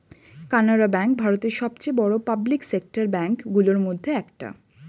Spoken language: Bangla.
কানাড়া ব্যাঙ্ক ভারতের সবচেয়ে বড় পাবলিক সেক্টর ব্যাঙ্ক গুলোর মধ্যে একটা